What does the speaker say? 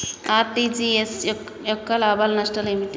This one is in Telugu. ఆర్.టి.జి.ఎస్ యొక్క లాభాలు నష్టాలు ఏమిటి?